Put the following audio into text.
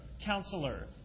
counselor